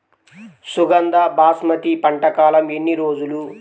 సుగంధ బాస్మతి పంట కాలం ఎన్ని రోజులు?